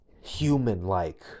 human-like